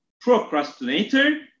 procrastinator